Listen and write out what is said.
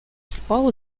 спал